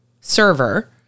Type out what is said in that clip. server